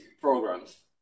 programs